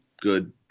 good